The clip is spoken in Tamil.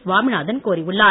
சுவாமிநாதன் கோரியுள்ளார்